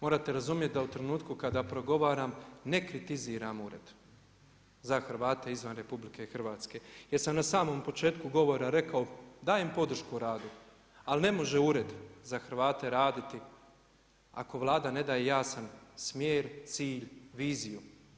Morate razumjeti da u trenutku kada progovaram ne kritiziram Ured za Hrvate izvan RH jer sam na samom početku govora rekao dajem podršku radu ali ne može Ured za Hrvate raditi ako Vlada ne daje jasan smjer, cilj, viziju.